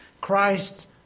Christ